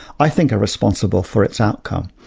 i think, are responsible for its outcome.